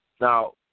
Now